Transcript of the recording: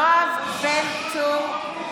בעד יואב בן צור,